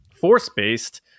force-based